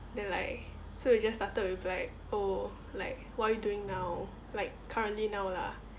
then like so we just started with like oh like what are you doing now like currently now lah